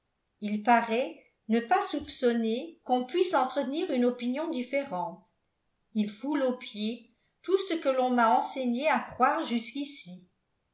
il paraît ne pas soupçonner qu'on puisse entretenir une opinion différente il foule aux pieds tout ce que l'on m'a enseigné à croire jusqu'ici